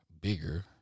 bigger